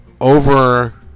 over